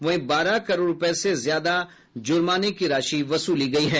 वहीं बारह करोड़ रूपये से ज्यादा जुर्माना राशि वसूला गया है